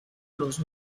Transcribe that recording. los